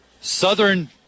Southern